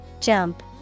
Jump